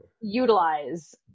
utilize